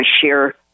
share